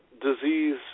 disease